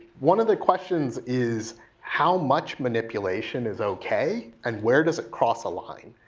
one of the questions is how much manipulation is okay, and where does it cross a line?